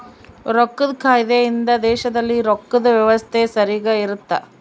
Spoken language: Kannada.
ರೊಕ್ಕದ್ ಕಾಯ್ದೆ ಇಂದ ದೇಶದಲ್ಲಿ ರೊಕ್ಕದ್ ವ್ಯವಸ್ತೆ ಸರಿಗ ಇರುತ್ತ